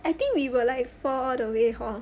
I think we were like four all the way hor